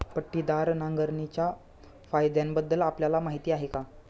पट्टीदार नांगरणीच्या फायद्यांबद्दल आपल्याला माहिती आहे का?